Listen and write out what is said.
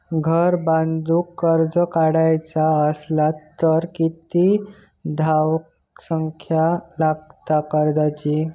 घर बांधूक कर्ज काढूचा असला तर किती धावसंख्या लागता कर्जाची?